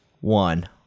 one